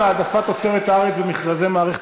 העדפת תוצרת הארץ במכרזי מערכת